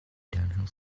downhill